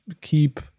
keep